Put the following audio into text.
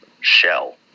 shell